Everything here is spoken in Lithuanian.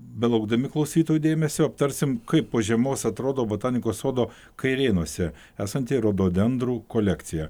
belaukdami klausytojų dėmesio aptarsim kaip po žiemos atrodo botanikos sodo kairėnuose esanti rododendrų kolekcija